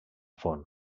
font